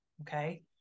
okay